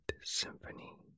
Symphony